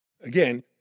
Again